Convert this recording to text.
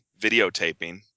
videotaping